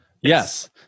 yes